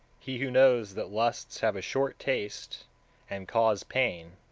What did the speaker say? he who knows that lusts have a short taste and cause pain,